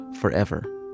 forever